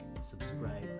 subscribe